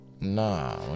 Nah